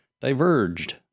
Diverged